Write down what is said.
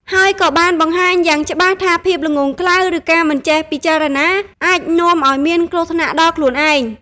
ហើយក៏បានបង្ហាញយ៉ាងច្បាស់ថាភាពល្ងង់ខ្លៅ ឬការមិនចេះពិចារណាអាចនាំឲ្យមានគ្រោះថ្នាក់ដល់ខ្លួនឯង។